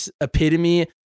epitome